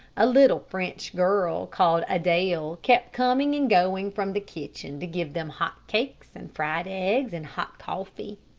a little french girl, called adele, kept coming and going from the kitchen to give them hot cakes, and fried eggs, and hot coffee.